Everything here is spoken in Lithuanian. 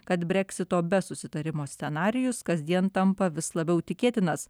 kad breksito be susitarimo scenarijus kasdien tampa vis labiau tikėtinas